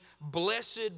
Blessed